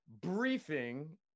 briefing